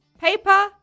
paper